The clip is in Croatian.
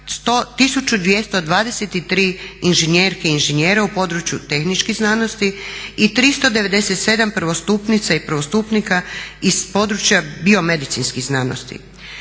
1223 inženjerke i inženjera u području tehničkih znanosti i 397 prvostupnica i prvostupnika iz područja biomedicinskih znanosti.